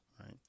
right